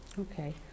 okay